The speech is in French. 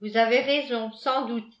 vous avez raison sans doute